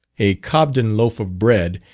a cobden loaf of bread,